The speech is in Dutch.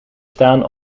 staan